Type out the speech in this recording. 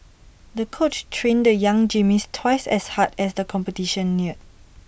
the coach trained the young gymnast twice as hard as the competition neared